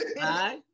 hi